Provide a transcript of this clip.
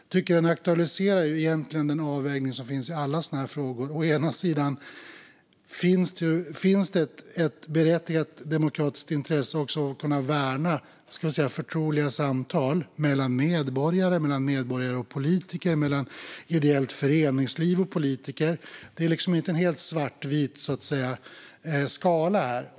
Jag tycker dock att den aktualiserar den avvägning som finns i alla sådana här frågor. Å ena sidan finns det ett berättigat demokratiskt intresse av att värna förtroliga samtal mellan medborgare, mellan medborgare och politiker samt mellan ideellt föreningsliv och politiker. Det är liksom inte en helt svartvit skala här.